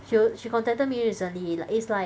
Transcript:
she she contacted me recently it it's like